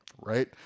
right